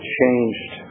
changed